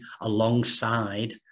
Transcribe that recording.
alongside